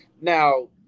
Now